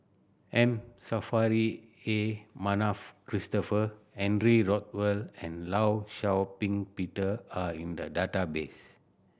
M Saffri A Manaf Christopher Henry Rothwell and Law Shau Ping Peter are in the database